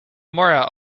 mora